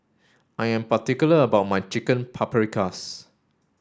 I am particular about my Chicken Paprikas